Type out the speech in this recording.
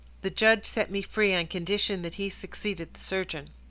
the judge set me free, on condition that he succeeded the surgeon.